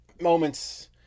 moments